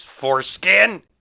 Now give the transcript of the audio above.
foreskin